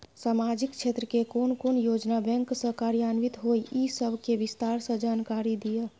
सामाजिक क्षेत्र के कोन कोन योजना बैंक स कार्यान्वित होय इ सब के विस्तार स जानकारी दिय?